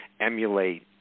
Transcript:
emulate